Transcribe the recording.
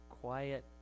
quiet